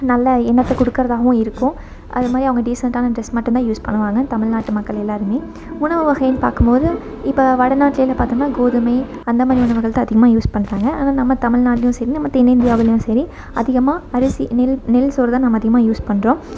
நல்ல எண்ணத்தை கொடுக்கறதாவும் இருக்கும் அதுமாதிரி அவங்க டீசென்ட்டான ட்ரெஸ் மட்டுந்தான் யூஸ் பண்ணுவாங்க தமிழ்நாட்டு மக்கள் எல்லாருமே உணவு வகைனு பார்க்கும்மோது இப்போ வட நாட்டிலேலாம் பார்த்தோம்னா கோதுமை அந்தமாதிரி உணவுகள்தான் அதிகமாக யூஸ் பண்றாங்க ஆனால் நம்ம தமிழ்நாடும் சரி நம்ம தென்னிந்தியாவிலும் சரி அதிகமாக அரிசி நெல் நெல் சோறுதான் நம்ம அதிகமாக யூஸ் பண்றோம்